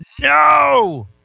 no